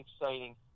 exciting